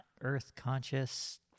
Earth-conscious